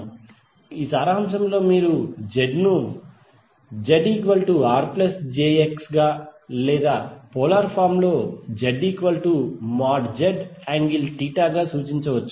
కాబట్టి సారాంశంలో మీరు Z ను Z R jX గా లేదా పోలార్ ఫార్మ్ లో ZZ∠θగా సూచించవచ్చు